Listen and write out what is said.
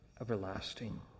everlasting